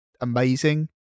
amazing